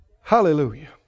Hallelujah